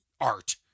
art